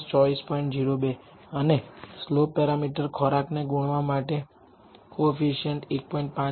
02 અને slope parameter ખોરાકને ગુણવા માટે કોએફીસીએંટ 1